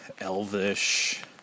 Elvish